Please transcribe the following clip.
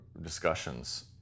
discussions